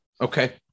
Okay